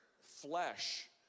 flesh